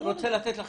זה.